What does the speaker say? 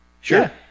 sure